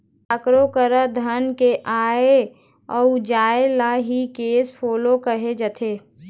कखरो करा धन के आय अउ जाय ल ही केस फोलो कहे जाथे